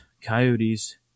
Coyotes